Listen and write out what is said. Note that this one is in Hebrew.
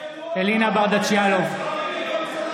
אלינה ברדץ' יאלוב,